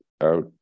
out